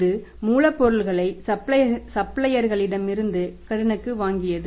இது மூலப்பொருளை சப்ளையர்களிடமிருந்து கடனுக்கு வாங்கியது